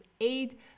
eight